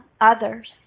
others